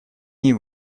ней